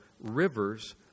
rivers